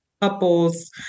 couples